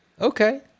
Okay